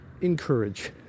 encourage